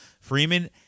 Freeman